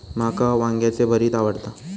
माका वांग्याचे भरीत आवडता